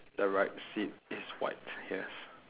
the right seat is white yes